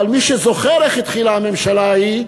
אבל מי שזוכר איך התחילה הממשלה ההיא,